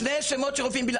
שני שמות של רופאים,